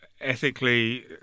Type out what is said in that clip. ethically